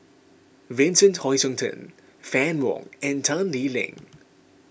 Vincent Hoisington Fann Wong and Tan Lee Leng